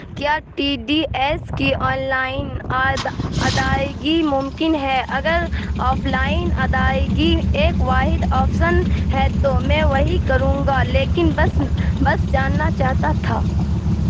کیا ٹی ڈی ایس کی آنلائن ادائیگی ممکن ہے اگر آفلائن ادئیگی ایک واحد آپسن ہے تو میں وہی کروں گا لیکن بس بس جاننا چاہتا تھا